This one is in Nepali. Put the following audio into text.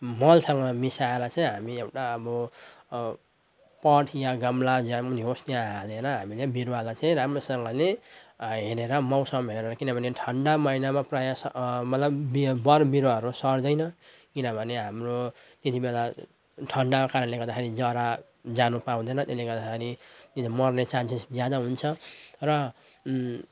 मलसँग मिसाएर चाहिँ हामी एउटा अब पट या गामला जहाँ पनि होस् त्यहाँ हालेर हामीले बिरुवालाई चाहिँ राम्रोसँगले हेरेर मौसम हेरेर किनभने ठन्डा महिनामा प्रायः मलाई पनि बरबिरुवाहरू सर्दैन किनभने हाम्रो त्यति बेला ठन्डाको कारणले गर्दाखेरि जरा जानु पाउँदैन त्यसले गर्दाखेरि त्यो मर्ने चान्सेस ज्यादा हुन्छ र